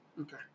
Okay